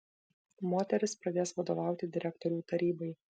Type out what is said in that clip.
moteris pradės vadovauti direktorių tarybai